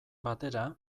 batera